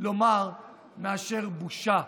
לומר מאשר בושה.